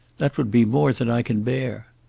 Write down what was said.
that would be more than i can bear.